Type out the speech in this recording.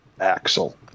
Axel